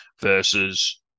versus